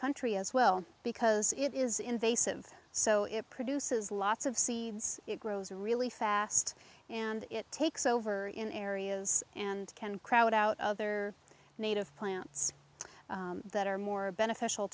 country as well because it is invasive so it produces lots of sea grows really fast and it takes over areas and can crowd out other native plants that are more beneficial